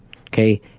okay